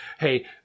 hey